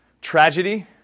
Tragedy